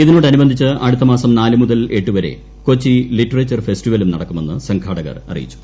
ഇതിനോടനുബന്ധിച്ച് അടുത്ത മാസം നാല് മുതൽ എട്ട് വരെ കൊച്ചി ലിറ്ററച്ചർ ഫെസ്റ്റിവലും നടക്കുമെന്ന് സംഘാടകർ അറിയിച്ചു